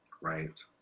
Right